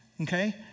okay